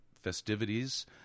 festivities